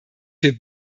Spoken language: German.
für